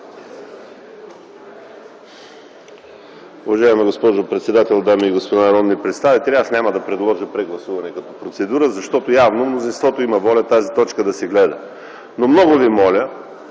Уважаема госпожо председател, дами и господа народни представители! Аз няма да предложа като процедура прегласуване, защото явно мнозинството има воля тази точка да се гледа. Но много ви моля